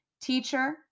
Teacher